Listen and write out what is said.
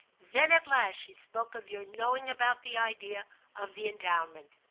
then at last she spoke of your knowing about the idea of the endowment.